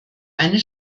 eine